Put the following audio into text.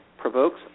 provokes